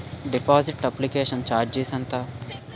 Deposit application charges ఎంత?